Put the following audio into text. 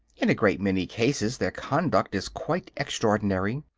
in a great many cases their conduct is quite extraordinary.